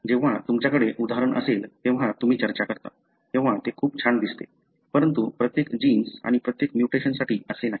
जेव्हा तुमच्याकडे उदाहरण असेल तेव्हा तुम्ही चर्चा करता तेव्हा ते खूप छान दिसते परंतु प्रत्येक जीन्स आणि प्रत्येक म्युटेशनसाठी असे नाही